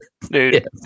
Dude